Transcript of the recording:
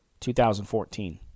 2014